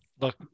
Look